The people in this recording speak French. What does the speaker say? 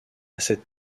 cette